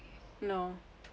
no